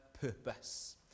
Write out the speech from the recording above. purpose